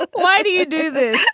but why do you do this?